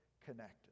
connected